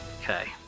Okay